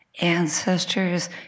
Ancestors